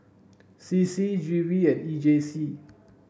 C C G V and E J C